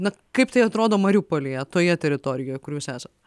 na kaip tai atrodo mariupolyje toje teritorijoje kur jūs esat